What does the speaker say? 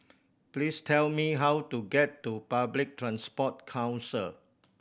please tell me how to get to Public Transport Council